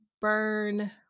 burn